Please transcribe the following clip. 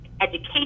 education